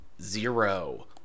zero